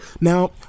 Now